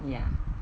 ya